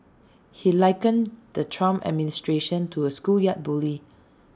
he likened the Trump administration to A schoolyard bully